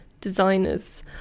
designers